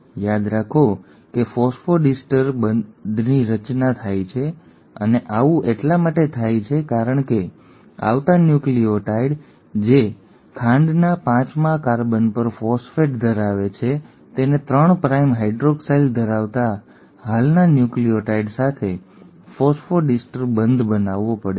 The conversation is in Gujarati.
યાદ રાખો કે ફોસ્ફોડિસ્ટર બંધની રચના થાય છે અને આવું એટલા માટે થાય છે કારણ કે આવતા ન્યુક્લિઓટાઇડ જે ખાંડના પાંચમા કાર્બન પર ફોસ્ફેટ ધરાવે છે તેને 3 પ્રાઇમ હાઇડ્રોક્સાઇલ ધરાવતા હાલના ન્યુક્લિઓટાઇડ સાથે ફોસ્ફોડિસ્ટર બંધ બનાવવો પડે છે